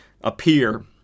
appear